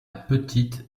petite